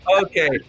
Okay